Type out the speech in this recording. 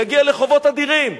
יגיע לחובות אדירים.